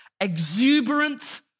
exuberant